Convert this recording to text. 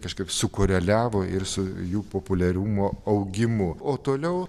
kažkaip sukoreliavo ir su jų populiarumo augimu o toliau